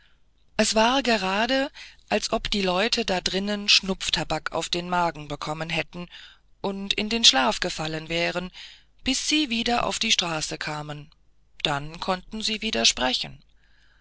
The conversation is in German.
es war gerade als ob die leute dadrinnen schnupftabak auf den magen bekommen hätten und in den schlaf gefallen wären bis sie wieder auf die straße kamen dann konnten sie wieder sprechen